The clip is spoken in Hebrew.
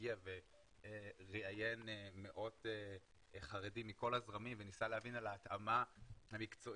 שהגיע וראיין מאות חרדים מכל הזרמים וניסה להבין על ההתאמה המקצועית,